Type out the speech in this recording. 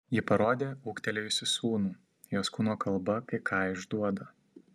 ji parodė ūgtelėjusį sūnų jos kūno kalba kai ką išduoda